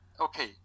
okay